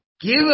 Give